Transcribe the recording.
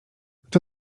kto